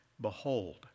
Behold